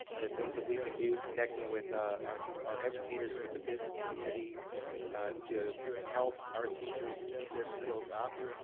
there are things that we can do connecting with ah our our educators with the business community to help our teachers keep their skills up,